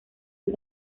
sus